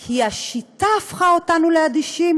כי השיטה הפכה אותנו לאדישים,